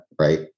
right